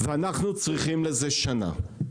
ואנחנו צריכים לזה שנה.